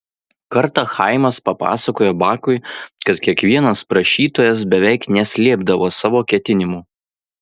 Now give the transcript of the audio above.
kartą chaimas papasakojo bakui kad kiekvienas prašytojas beveik neslėpdavo savo ketinimų